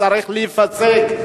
צריך להיפסק,